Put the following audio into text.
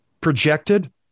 projected